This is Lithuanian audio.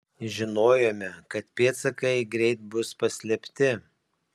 žinojome kad pėdsakai greit bus paslėpti